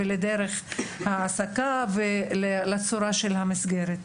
דרך ההעסקה ולצורה של המסגרת: